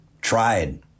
tried